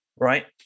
right